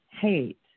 hate